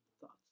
thoughts